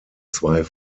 zwei